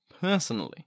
personally